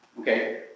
Okay